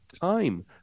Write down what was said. time